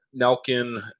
Nelkin